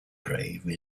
grave